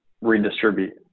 redistribute